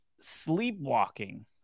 sleepwalking